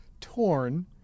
torn